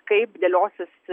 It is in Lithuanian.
kaip dėliosis